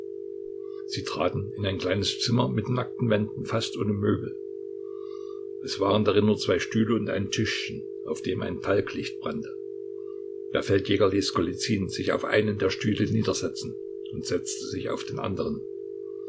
sie traten in ein kleines zimmer mit nackten wänden fast ohne möbel es waren darin nur zwei stühle und ein tischchen auf dem ein talglicht brannte der feldjäger ließ golizyn sich auf einen der stühle niedersetzen und setzte sich auf den anderen